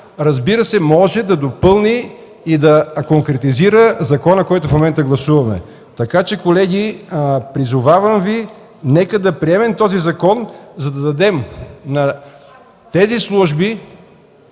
разбира се, може да допълни и да конкретизира закона, който в момента гласуваме. Колеги, призовавам Ви – нека да приемем този закон, за да дадем на тези служби